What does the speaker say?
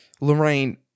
Lorraine